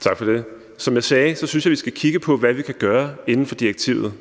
Tak for det. Som jeg sagde, synes jeg, at vi skal kigge på, hvad vi kan gøre inden for direktivet.